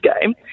game